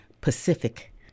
Pacific